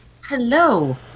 hello